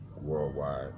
worldwide